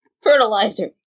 Fertilizer